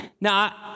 Now